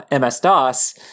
MS-DOS